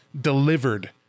delivered